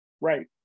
Right